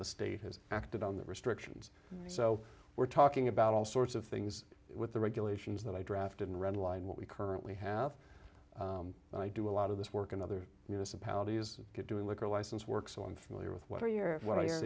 the state has acted on the restrictions so we're talking about all sorts of things with the regulations that i drafted and redline what we currently have and i do a lot of this work in other municipalities doing liquor license works on familiar with what are your what i